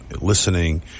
listening